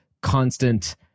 constant